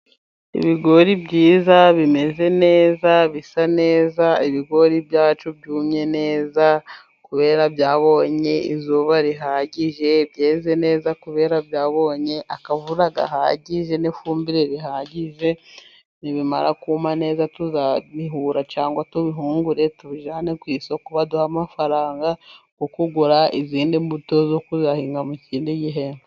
Iigori byiza bimeze neza, bisa neza. Ibigori byacu byumye neza kubera ko byabonye izuba rihagije. Byeze neza kubera byabonye akavura gahagije n'ifumbire ihagije. Nibimara kuma neza, tuzabihura cyangwa tubihungure tubijyane ku isoko baduhe amafaranga yo kugura izindi mbuto zo kuzahinga mu kindi gihembwe.